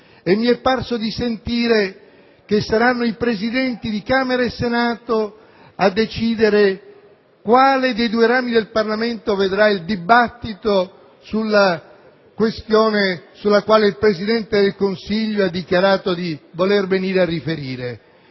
e mi è parso di sentire che saranno i Presidenti di Camera e Senato a decidere quale dei due rami del Parlamento vedrà il dibattito sulla questione sulla quale il Presidente del Consiglio ha dichiarato di voler venire a riferire.